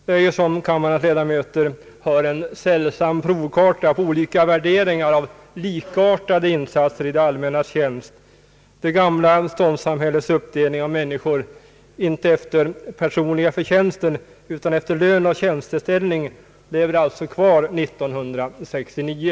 Det är, som kammarens ledamöter hör, en sällsam provkarta på olika värderingar av likartade insatser i det allmännas tjänst. Det gamla ståndssamhällets uppdelning av människor, inte efter personliga förtjänster utan efter lön och tjänsteställning, lever alltså kvar år 1969.